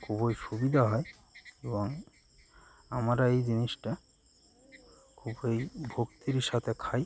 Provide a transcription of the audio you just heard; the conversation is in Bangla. খুবই সুবিধা হয় এবং আমরা এই জিনিসটা খুবই ভক্তির সাথে খাই